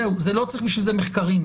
זהו, לא צריך בשביל זה מחקרים.